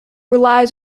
relies